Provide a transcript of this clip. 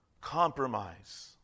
compromise